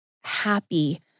happy